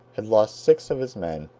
had lost six of his men,